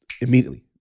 immediately